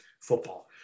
football